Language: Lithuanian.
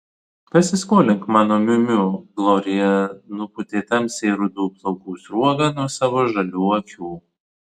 pasiskolink mano miu miu glorija nupūtė tamsiai rudų plaukų sruogą nuo savo žalių akių